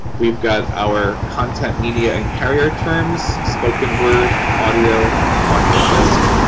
we've got our content, media, and carrier terms spoken word, audio, and audio disc.